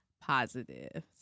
positive